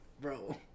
Bro